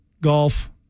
golf